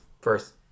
first